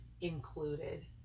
included